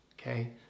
okay